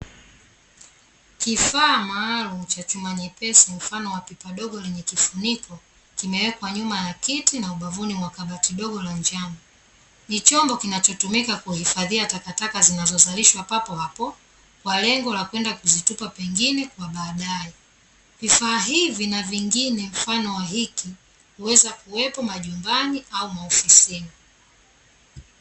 Kifaa maalam cha chuma nyepesi mfano wa pipa dogo lenye kifuniko, kimewekwa nyuma ya kiti na ubavuni mwa kabati dogo la njano. Ni chombo kinachotumika kuhifadhia takataka zinazozalishwa papohapo kwa lengo la kwenda kuzitupa kwengine kwa badae. Vifaa hivi na vingine mfano wa hiki huweza kuwepo majumbani au maofisini.